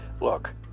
Look